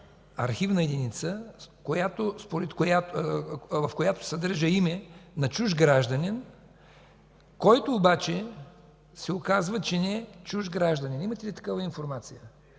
архивна единица, в която се съдържа име на чужд гражданин, който обаче се оказа, че не е чужд гражданин? Имате ли такава информация?